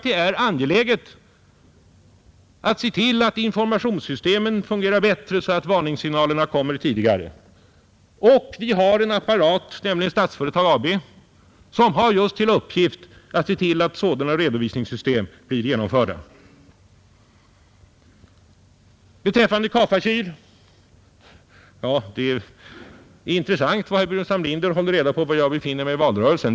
Det är angeläget att se till att informationssystemen fungerar bättre så att varningssignalerna kommer tidigare. Vi har en apparat, nämligen Statsföretag AB, som har just till uppgift att se till att sådana informationssystem blir genomförda. Beträffande Ka-Fa Kyl är det intressant att herr Burenstam Linder håller reda på var jag befann mig i valrörelsen.